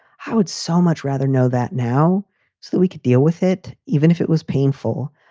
how would so much rather know that now so that we could deal with it even if it was painful?